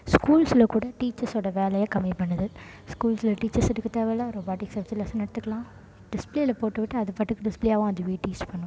ஸ்கூல்ல கூட டீச்சர்ஸ்ஸோட வேலையை கம்மி பண்ணுது ஸ்கூல்ல டீச்சர்ஸ் எடுக்க தேவை இல்லை ரொபாட்டிக்ஸை வெச்சி லெசன் எடுத்துக்கலாம் டிஸ்ப்ளேவில் போட்டு விட்டு அது பாட்டுக்கு டிஸ்ப்ளே ஆகும் அதுவே டீச் பண்ணும்